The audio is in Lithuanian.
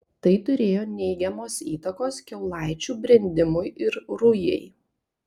tai turėjo neigiamos įtakos kiaulaičių brendimui ir rujai